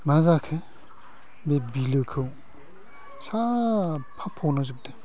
मा जाखो बे बिलोखौ साबफा फबलांजोबदों